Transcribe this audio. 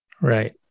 Right